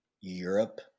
Europe